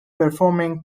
performing